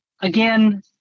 again